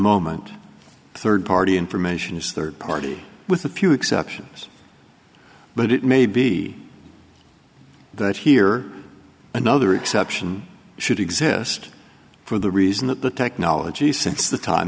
moment third party information is third party with a few exceptions but it may be that here another exception should exist for the reason that the technology since the time